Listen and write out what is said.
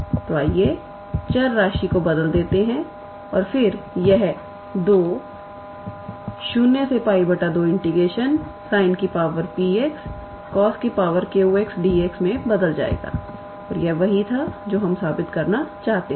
तो आइए चर राशि को बदल देते हैं और फिर यह 2 0𝜋 2 𝑠𝑖𝑛𝑝x𝑐𝑜𝑠𝑞x𝑑x में बदल जाएगा और यह वही था जो हम साबित करना चाहते थे